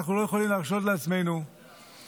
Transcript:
אנחנו לא יכולים להרשות לעצמנו להמשיך